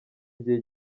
igihe